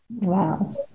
Wow